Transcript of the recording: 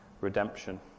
redemption